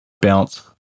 bounce